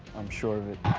i'm sure of it.